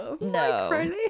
No